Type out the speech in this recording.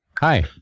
Hi